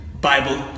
Bible